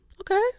okay